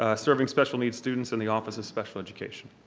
ah serving special needs students in the office of special education.